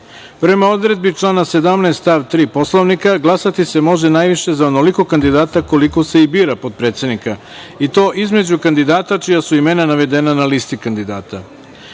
odredbi člana 17. stav 3. Poslovnika, glasati se može najviše za onoliko kandidata koliko se i bira potpredsednika i to između kandidata čija su imena navedena na listi kandidata. Pre